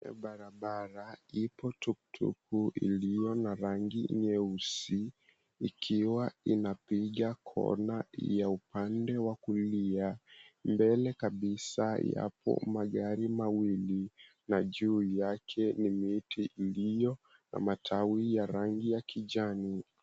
Kwenye barabara ipo tuktuk iliyo na rangi nyeusi ikiwa inapiga kona ya upande wa kulia. Mbele kabisa yapo magari mawili na juu yake ni miti iliyo na matawi ya rangi ya kijani.